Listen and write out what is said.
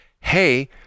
hey